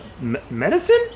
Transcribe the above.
medicine